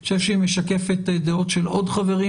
אני חושב שהיא משקפת דעות של עוד חברים